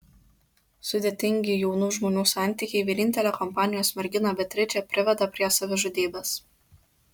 sudėtingi jaunų žmonių santykiai vienintelę kompanijos merginą beatričę priveda prie savižudybės